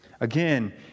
Again